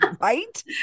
right